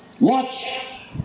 Watch